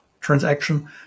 transaction